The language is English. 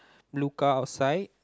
look out outside